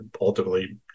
ultimately